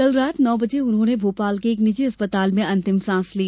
कल रात नौ बजे उन्होंने मोपाल के एक निजी अस्पताल में अंतिम सांस ली